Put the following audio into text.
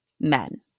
men